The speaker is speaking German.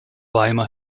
weimar